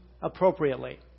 appropriately